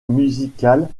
musicales